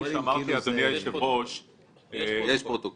יש פרוטוקול.